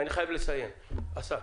אסף,